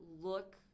look